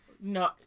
No